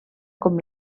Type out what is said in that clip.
com